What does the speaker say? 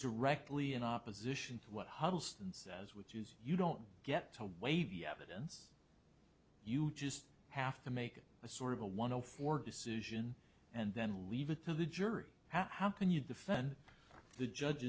directly in opposition to what huddleston says which is you don't get to wave the evidence you just have to make a sort of a one zero four decision and then leave it to the jury how can you defend the judge